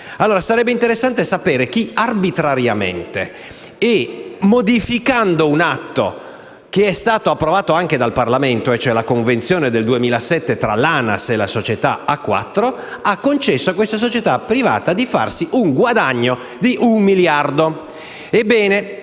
dato. Sarebbe interessante sapere chi, arbitrariamente, modificando un atto che è stato approvato anche dal Parlamento, ossia la convenzione del 2007 tra l'ANAS e la società A4, ha concesso a questa società privata di farsi un guadagno di un miliardo.